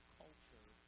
culture